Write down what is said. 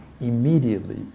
immediately